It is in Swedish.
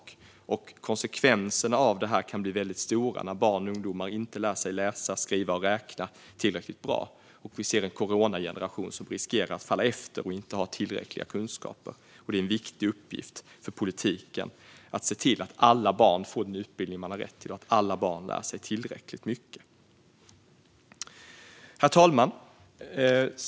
Konsekvenserna av det kan bli väldigt stora när barn och ungdomar inte lär sig läsa, skriva och räkna tillräckligt bra. Vi ser en coronageneration som riskerar att falla efter och inte ha tillräckliga kunskaper. Det är en viktig uppgift för politiken att se till att alla barn får den utbildning de har rätt till och att alla barn lär sig tillräckligt mycket. Herr talman!